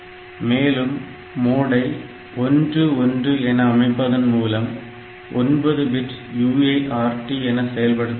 மேலும் மோடை 11 என அமைப்பதன் மூலம் 9 பிட்டு UART என செயல்படுத்த முடியும்